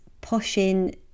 pushing